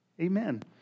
Amen